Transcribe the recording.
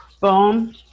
boom